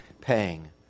paying